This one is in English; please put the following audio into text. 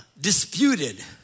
disputed